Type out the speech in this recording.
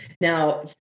Now